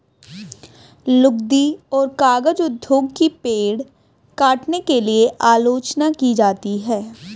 लुगदी और कागज उद्योग की पेड़ काटने के लिए आलोचना की जाती है